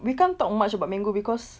we can't talk much about mango because